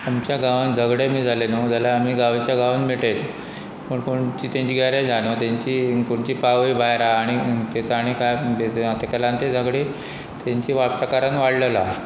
आमच्या गांवान झगडें बी जाले न्हू जाल्यार आमी गांवच्या गांवांत मिटयतात पूण कोची तेंची गैरेज आसा न्हू तेंची खंयची पावय भायर आसा आनी ताचो आनी कांय ताका लागून ते झगडी तेंची वााचतकारान वाडलेलो